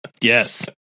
Yes